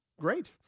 great